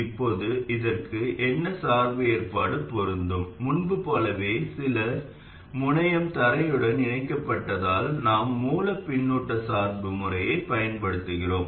இப்போது இதற்கு என்ன சார்பு ஏற்பாடு பொருந்தும் முன்பு போலவே மூல முனையம் தரையுடன் இணைக்கப்படாததால் நாம் மூல பின்னூட்ட சார்பு முறையைப் பயன்படுத்துகிறோம்